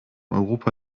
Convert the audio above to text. europa